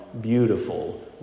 beautiful